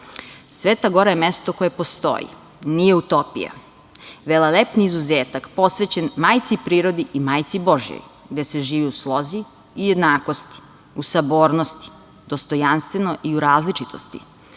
gora je mesto koje postoji. Nije utopija. Velelepni izuzetak posvećen majci prirodi i majci božijoj, gde se živi u slozi i jednakosti, u sabornosti, dostojanstveno i u različitosti,